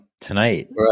tonight